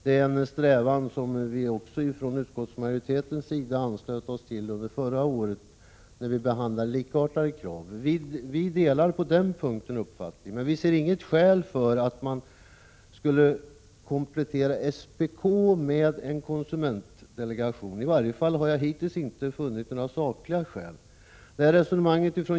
Det är en strävan som vi inom utskottsmajoriteten anslöt oss till under förra året, när likartade krav behandlades. Vi delar på den punkten vpk:s uppfattning, men vi ser inget skäl till att SPK skulle kompletteras med en konsumentdelegation. I varje fall har jag hittills inte funnit några sakliga skäl för en sådan åtgärd.